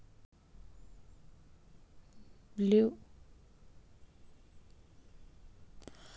blue water lily ಅಂದುರ್ ಇವು ನೀರ ನ್ಯಾಗ ಇರವು ನೀಲಿ ಕಮಲದ ಹೂವುಗೊಳ್ ಅವಾ